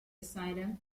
asylum